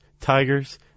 tigers